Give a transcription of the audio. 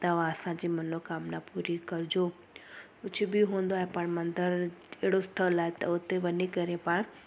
तव्हां असांजी मनोकामना पूरी करिजो कुझु बि हूंदो आहे पाण मंदरु अहिड़ो स्थल आहे त हुते वञी करे पाण